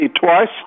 twice